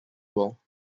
well